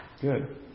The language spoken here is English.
Good